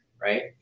Right